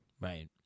Right